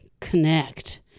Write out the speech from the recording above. connect